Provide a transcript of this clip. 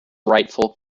rightful